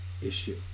issue